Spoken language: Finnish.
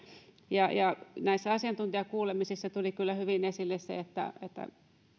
näissä asiantuntijakuulemisissa tuli kyllä hyvin esille se että